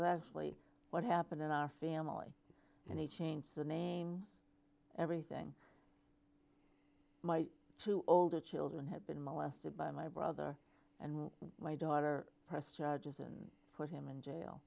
actually what happened in our family and he changed the names everything my two older children have been molested by my brother and my daughter pressed charges and put him in jail